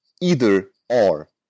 either-or